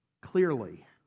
Clearly